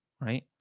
right